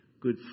good